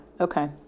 okay